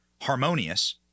harmonious